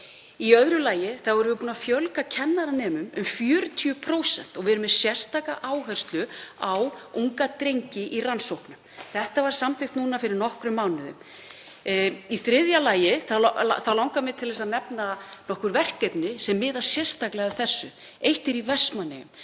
Í öðru lagi erum við búin að fjölga kennaranemum um 40% og erum með sérstaka áherslu á unga drengi í rannsóknum. Það var samþykkt núna fyrir nokkrum mánuðum. Í þriðja lagi langar mig til að nefna nokkur verkefni sem miða sérstaklega að þessu. Eitt er í Vestmannaeyjum,